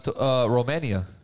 Romania